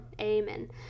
Amen